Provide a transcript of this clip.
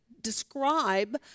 describe